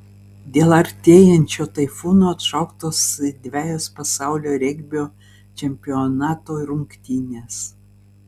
dėl artėjančio taifūno atšauktos dvejos pasaulio regbio čempionato rungtynės